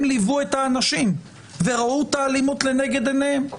הם ליוו את האנשים וראו את האלימות לנגד עיניהם,